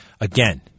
Again